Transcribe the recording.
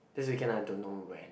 this weekend I don't know when